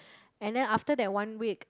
and then after that one week